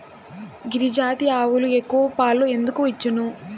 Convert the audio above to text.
గిరిజాతి ఆవులు ఎక్కువ పాలు ఎందుకు ఇచ్చును?